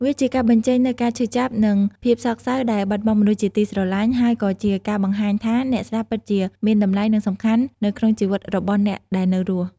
វាជាការបញ្ចេញនូវការឈឺចាប់ និងភាពសោកសៅដែលបាត់បង់មនុស្សជាទីស្រឡាញ់ ហើយក៏ជាការបង្ហាញថាអ្នកស្លាប់ពិតជាមានតម្លៃ និងសំខាន់នៅក្នុងជីវិតរបស់អ្នកដែលនៅរស់។